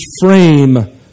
frame